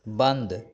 बन्द